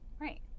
Right